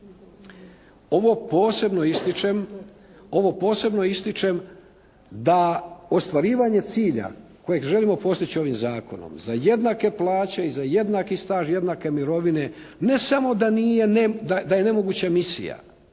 Ovo posebno ističem da ostvarivanje cilja kojeg želimo postići ovim zakonom za jednake plaće i za jednaki staž i za jednake mirovine, ne samo da je nemoguća misija.